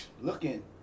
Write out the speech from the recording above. looking